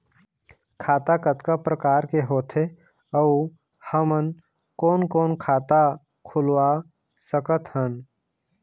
खाता कतका प्रकार के होथे अऊ हमन कोन कोन खाता खुलवा सकत हन?